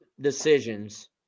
decisions